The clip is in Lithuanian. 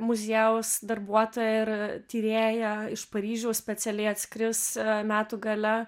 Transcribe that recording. muziejaus darbuotoja ir tyrėja iš paryžiaus specialiai atskris metų gale